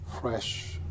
fresh